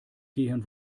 gehen